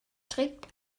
strikt